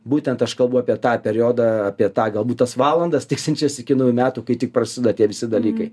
būtent aš kalbu apie tą periodą apie tą galbūt tas valandas tiksinčias iki naujų metų kai tik prasideda tie visi dalykai